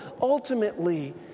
ultimately